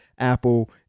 apple